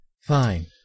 Fine